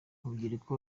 urubyiruko